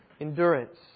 endurance